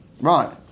Right